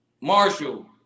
Marshall